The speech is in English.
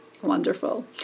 wonderful